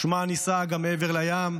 ושמה נישא גם מעבר לים.